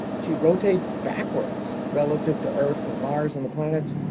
she rotates backwards relative to earth and mars and the planets.